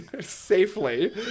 safely